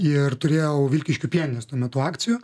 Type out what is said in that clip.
ir turėjau vilkiškių pieninės tuo metu akcijų